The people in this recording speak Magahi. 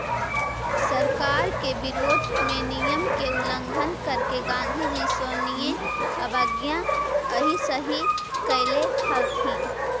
सरकार के विरोध में नियम के उल्लंघन करके गांधीजी सविनय अवज्ञा अइसही कैले हलथिन